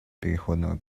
переходного